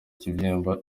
ibibyimba